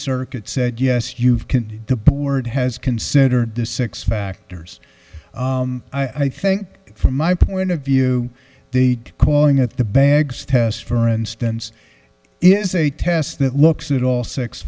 circuit said yes you've can the board has considered the six factors i think from my point of view the calling at the bag test for instance is a test that looks at all six